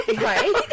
Right